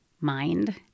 mind